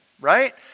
right